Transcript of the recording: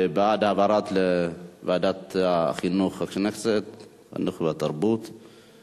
בעד העברה לוועדת החינוך והתרבות של הכנסת.